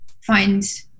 find